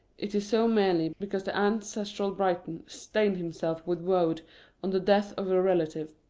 it is so merely because the ancestral briton stained himself with woad on the death of a relative.